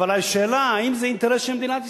אבל השאלה היא אם זה אינטרס של מדינת ישראל.